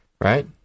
Right